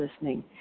listening